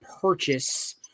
purchase